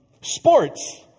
Sports